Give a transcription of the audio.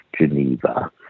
Geneva